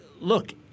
look